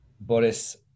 Boris